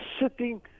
sitting